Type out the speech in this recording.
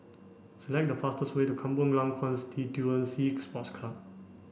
select the fastest way to Kampong Glam Constituency Sports Club